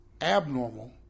abnormal